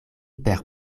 per